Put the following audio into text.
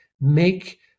make